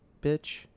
Bitch